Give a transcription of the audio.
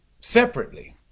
separately